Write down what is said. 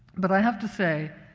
but i have to say